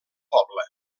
poble